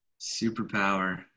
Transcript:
Superpower